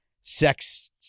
sex